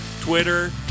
Twitter